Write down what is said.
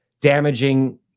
damaging